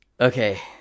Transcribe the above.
Okay